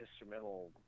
instrumental